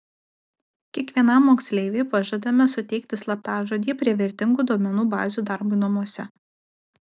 kiekvienam moksleiviui pažadame suteikti slaptažodį prie vertingų duomenų bazių darbui namuose